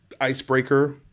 icebreaker